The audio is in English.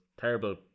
terrible